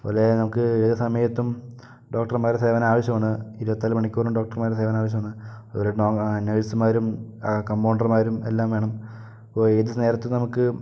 അതുപോലെ നമുക്ക് ഏത് സമയത്തും ഡോക്ടർമാരുടെ സേവനം ആവശ്യമാണ് ഇരുപത്തിനാലു മണിക്കൂറും ഡോക്ടർമാരുടെ സേവനം ആവശ്യമാണ് അതുപോലെ നഴ്സുമാരും കമ്പോണ്ടർമാരും എല്ലാം വേണം ഇപ്പോൾ ഏതു നേരത്തും നമുക്ക്